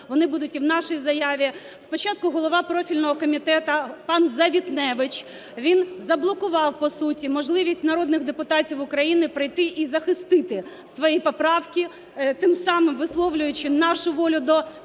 вони будуть і в нашій заяві. Спочатку голова профільного комітету пан Завітневич, він заблокував по суті можливість народних депутатів України прийти і захистити свої поправки, тим самим висловлюючи нашу волю до покращення